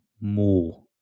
more